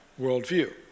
worldview